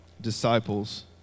disciples